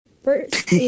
first